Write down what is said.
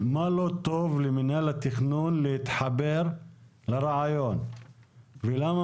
חשמל באמצעות טכנולוגיות אחרות מאלה הקיימות